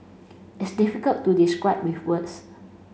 it's difficult to describe with words